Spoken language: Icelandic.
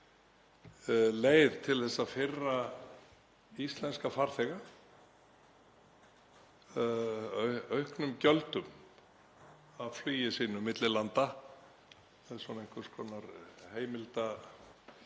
leið til að firra íslenska farþega auknum gjöldum af flugi sínu milli landa með einhvers konar heimildabraski,